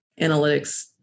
analytics